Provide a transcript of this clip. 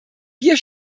wir